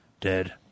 Dead